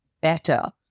better